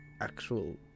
actual